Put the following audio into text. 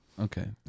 Okay